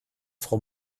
frau